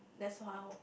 that's how